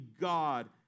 God